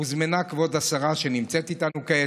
הוזמנה כבוד השרה שנמצאת איתנו כעת,